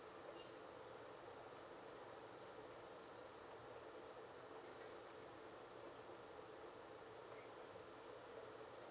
okay